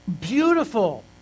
beautiful